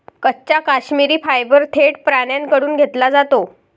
कच्चा काश्मिरी फायबर थेट प्राण्यांकडून घेतला जातो